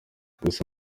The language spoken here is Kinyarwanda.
gusa